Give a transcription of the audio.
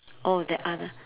orh that other